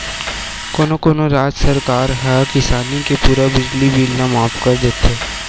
कोनो कोनो राज सरकार ह किसानी के पूरा बिजली बिल ल माफ कर देथे